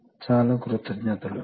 కాబట్టి ఇది ఈ రోజు పాఠం ధన్యవాదాలు